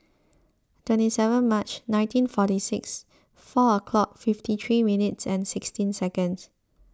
twenty seven March nineteen forty six four o'clock fifty three minutes and sixteen seconds